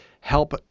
help